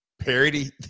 parody